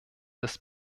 des